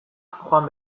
joan